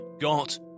got